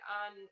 on